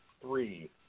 three